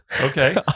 Okay